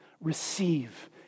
receive